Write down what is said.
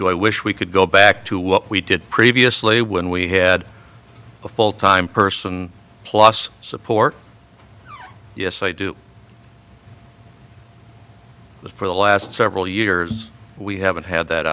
do i wish we could go back to what we did previously when we had a full time person plus support yes i do for the last several years we haven't had that